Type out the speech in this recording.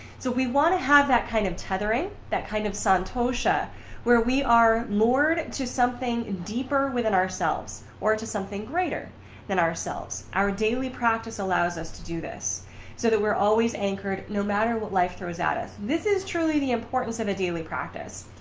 so we want to have that kind of tethering that kind of santosha where we are moored to something deeper within ourselves or to something greater than ourselves. our daily practice allows us to do this so that we're always anchored no matter what life throws at us. this is truly the importance of a daily practice.